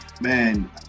Man